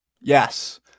Yes